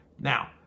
Now